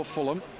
Fulham